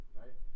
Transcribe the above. right